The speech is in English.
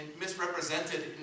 misrepresented